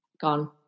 gone